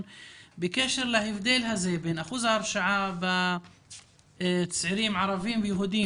בקשר להבדל הזה בין אחוז ההרשעה בקרב הצעירים היהודים והערבים.